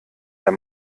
der